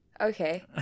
Okay